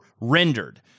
Rendered